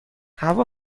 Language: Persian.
هوا